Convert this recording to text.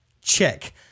Check